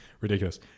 ridiculous